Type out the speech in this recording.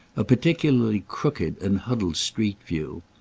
a particularly crooked and huddled street-view.